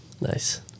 Nice